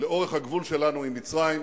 לאורך הגבול שלנו עם מצרים.